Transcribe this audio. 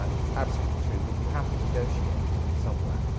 it's absolutely true, but you have to negotiate somewhere.